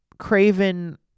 craven